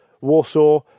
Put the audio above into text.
Warsaw